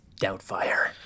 Doubtfire